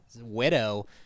widow